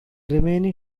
remaining